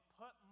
put